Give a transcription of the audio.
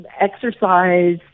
exercise